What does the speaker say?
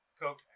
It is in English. Coke